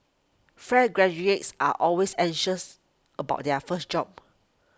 fresh graduates are always anxious about their first job